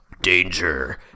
danger